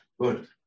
Good